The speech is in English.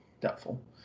doubtful